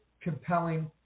compelling